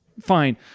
fine